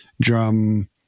drum